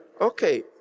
Okay